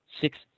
six